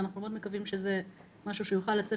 ואנחנו מאוד מקווים שזה משהו שיוכל לצאת